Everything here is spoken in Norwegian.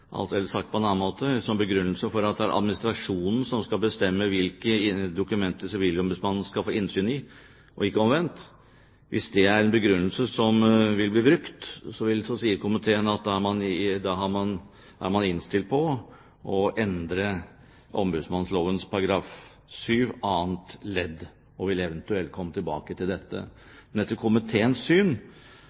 sagt på en annen måte, som begrunnelse for at det er administrasjonen som skal bestemme hvilke dokumenter Sivilombudsmannen skal få innsyn i, og ikke omvendt. Hvis det er en begrunnelse som vil bli brukt, sier komiteen at da er man innstilt på å endre ombudsmannsloven § 7 annet ledd, og vil eventuelt komme tilbake til dette. Men etter komiteens syn